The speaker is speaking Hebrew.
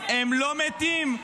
הם לא מתים,